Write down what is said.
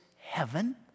heaven